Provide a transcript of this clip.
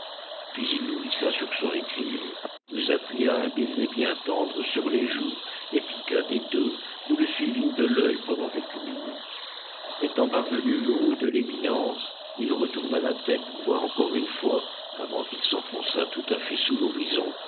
puis il nous hissa sur son étrier nous appuya un baiser bien tendre sur les joues et piqua des deux nous le suivîmes de l'œil pendant quelques minutes étant parvenu au haut de l'éminence il retourna la tête pour voir encore une fois avant qu'il s'enfonçât tout à fait sous l'horizon